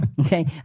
Okay